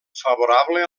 favorable